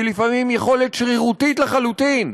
שהיא לפעמים יכולת שרירותית לחלוטין.